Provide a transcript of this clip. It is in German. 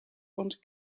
und